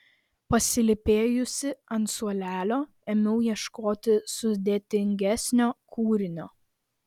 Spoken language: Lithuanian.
pasilypėjusi ant suolelio ėmiau ieškoti sudėtingesnio kūrinio